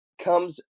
comes